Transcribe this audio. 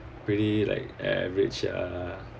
pretty like average sia